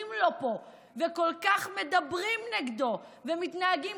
בזים לו פה וכל כך מדברים נגדו ומתנהגים